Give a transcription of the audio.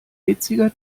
witziger